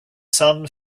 sun